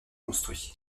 construits